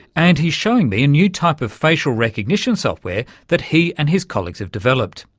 and he's showing me a new type of facial recognition software that he and his colleagues have developed.